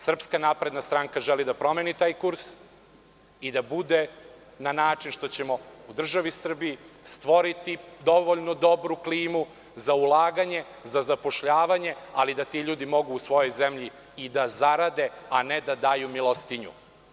Srpska napredna stranka želi da promeni taj kurs i da to bude na način što ćemo u državi Srbiji stvoriti dovoljno dobru klimu za ulaganje, za zapošljavanje, ali da ti ljudi mogu u svojoj zemlji i da zarade, a ne da daju milostinju.